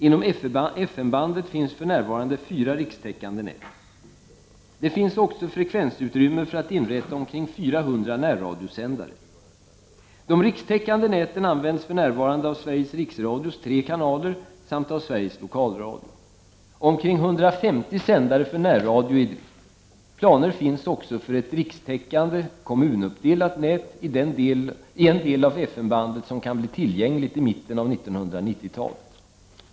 Inom FM-bandet finns för närvarande fyra rikstäckande nät. Det finns också frekvensutrymme för att inrätta omkring 400 närradiosändare. De rikstäckande näten används för närvarande av Sveriges Riksradios tre kanaler samt av Sveriges Lokalradio. Omkring 150 sändare för närradio är i drift. Planer finns också för ett rikstäckande, kommunuppdelat nät i en del av FM-bandet som kan bli tillgängligt i mitten av 1990-talet.